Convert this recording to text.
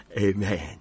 amen